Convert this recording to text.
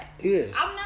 Yes